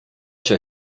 się